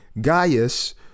Gaius